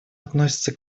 относится